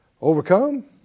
overcome